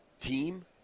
team